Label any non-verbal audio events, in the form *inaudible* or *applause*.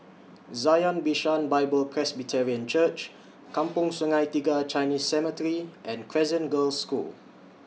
Zion Bishan Bible Presbyterian Church *noise* Kampong Sungai Tiga Chinese Cemetery and Crescent Girls' School